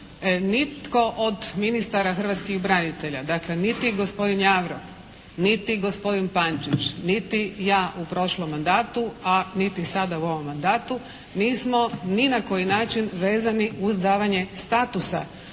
Nitko od ministara hrvatskih branitelja, dakle niti gospodin Njavro, niti gospodin Pančić, niti ja u prošlom manadatu a niti sada u ovom mandatu nismo ni na koji način vezani uz davanje statusa